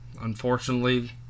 Unfortunately